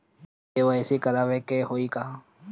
KYC करावे के होई का?